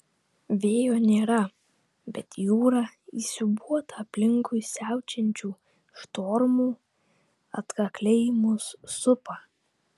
vėjo nėra bet jūra įsiūbuota aplinkui siaučiančių štormų atkakliai mus supa